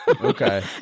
Okay